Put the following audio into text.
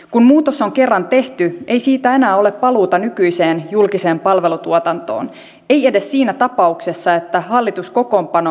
kun muutos on kerran tehty ei siitä enää ole paluuta nykyiseen julkiseen palvelutuotantoon ei edes siinä tapauksessa että hallituskokoonpano muuttuisi täysin